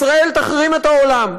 ישראל תחרים את העולם.